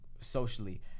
socially